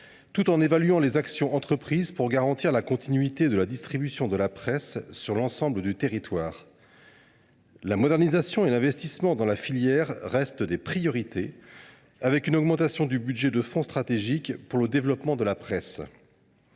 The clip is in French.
tout en évaluant les actions entreprises pour garantir la continuité de la distribution de la presse dans l’ensemble du territoire. La modernisation et l’investissement dans la filière restent des priorités, comme le montre l’augmentation du budget du fonds stratégique pour le développement de la presse